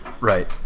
Right